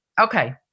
okay